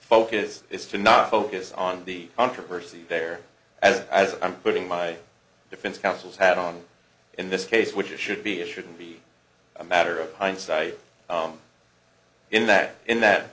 focus is to not focus on the controversy there as i'm putting my defense counsel's hat on in this case which it should be it shouldn't be a matter of hindsight in that in that